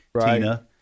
Tina